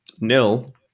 nil